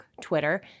Twitter